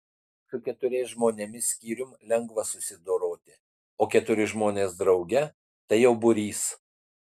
su keturiais žmonėmis skyrium lengva susidoroti o keturi žmonės drauge tai jau būrys